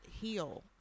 heal